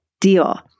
deal